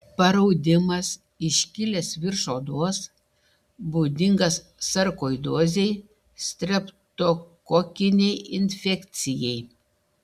paraudimas iškilęs virš odos būdingas sarkoidozei streptokokinei infekcijai